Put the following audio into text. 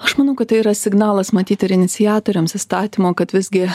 aš manau kad tai yra signalas matyt ir iniciatoriams įstatymo kad visgi